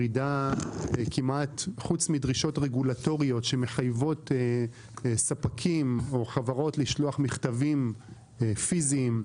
וחוץ מדרישות רגולטוריות שמחייבות ספקים או חברות לשלוח מכתבים פיזיים,